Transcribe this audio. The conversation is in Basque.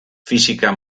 fisika